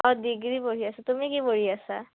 অঁ ডিগ্ৰী পঢ়ি আছা তুমি কি পঢ়ি আছা